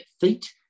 feet